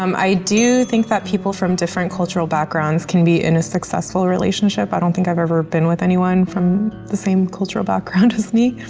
um i do think that people from different cultural backgrounds can be in a successful relationship. i don't think i've ever been with anyone from the same cultural background as me.